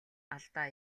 алдаа